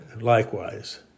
likewise